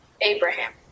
Abraham